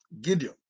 Gideon